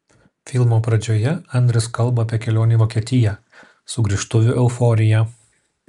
filmo pradžioje andres kalba apie kelionę į vokietiją sugrįžtuvių euforiją